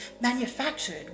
manufactured